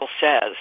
says